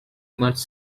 much